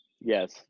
yes